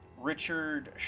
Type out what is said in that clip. richard